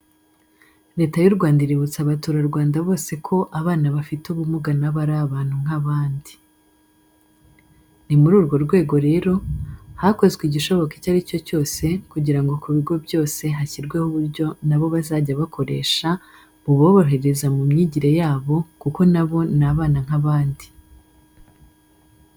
Leta y'u Rwanda iributsa abaturarwanda bose ko abana bafite ubumuga na bo ari abantu nk'abandi. Ni muri urwo rwego rero, hakozwe igishoboka icyo ari cyo cyose kugira ngo ku bigo byose hashyirweho uburyo na bo bazajya bakoresha buborohereza mu myigire yabo kuko na bo ni abana nk'abandi.